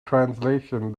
translation